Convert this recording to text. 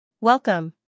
Welcome